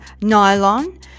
Nylon